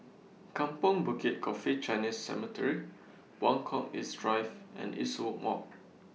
Kampong Bukit Coffee Chinese Cemetery Buangkok East Drive and Eastwood Walk